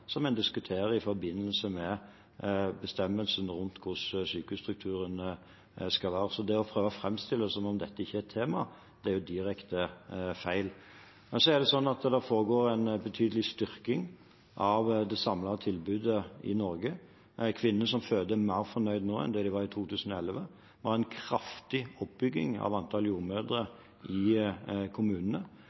en diskuterer i forbindelse med bestemmelsen rundt hvordan sykehusstrukturen skal være. Så det å prøve å framstille det som om dette ikke er et tema, er direkte feil. Det foregår en betydelig styrking av det samlede tilbudet i Norge. Kvinner som føder, er mer fornøyd nå enn det de var i 2011. Vi har en kraftig oppbygging av antall jordmødre i kommunene.